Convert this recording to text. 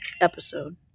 episode